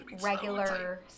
regular